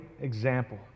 example